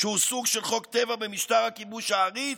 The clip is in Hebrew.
שהוא סוג של חוק טבע במשטר הכיבוש העריץ?